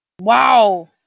Wow